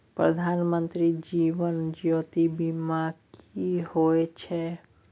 प्रधानमंत्री जीवन ज्योती बीमा की होय छै?